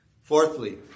Fourthly